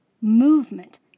Movement